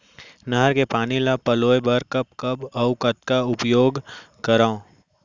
नहर के पानी ल पलोय बर कब कब अऊ कतका उपयोग करंव?